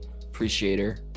appreciator